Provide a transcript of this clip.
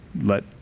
let